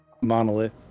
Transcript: monolith